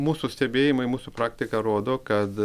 mūsų stebėjimai mūsų praktika rodo kad